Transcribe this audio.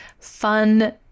fun